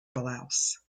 blouse